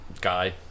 guy